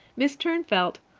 mrs turnfelt,